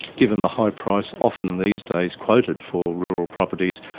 given the high price often these days quoted for rural properties,